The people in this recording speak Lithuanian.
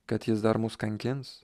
kad jis dar mus kankins